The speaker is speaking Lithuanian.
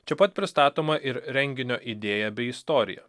čia pat pristatoma ir renginio idėją bei istoriją